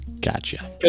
Gotcha